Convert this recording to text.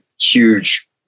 huge